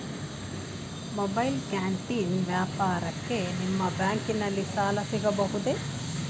Mobile canteen ವ್ಯಾಪಾರಕ್ಕೆ ನಿಮ್ಮ ಬ್ಯಾಂಕಿನಲ್ಲಿ ಸಾಲ ಸಿಗಬಹುದೇ?